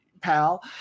pal